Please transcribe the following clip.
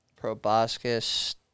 Proboscis